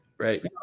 Right